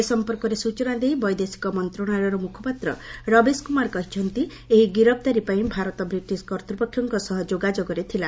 ଏ ସଂପର୍କରେ ସୂଚନା ଦେଇ ବୈଦେଶିକ ମନ୍ତ୍ରଣାଳୟର ମୁଖପାତ୍ର ରବିଶ କୁମାର କହିଛନ୍ତି ଏହି ଗିରଫଦାରୀ ପାଇଁ ଭାରତ ବ୍ରିଟିଶ କର୍ତ୍ତୃପକ୍ଷଙ୍କ ସହ ଯୋଗାଯୋଗରେ ଥିଲା